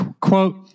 quote—